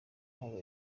hano